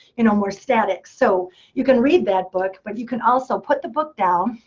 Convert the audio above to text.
you know, more static. so you can read that book, but you can also put the book down,